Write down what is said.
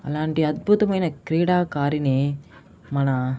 అలాంటి అద్భుతమైన క్రీడాకారిని మన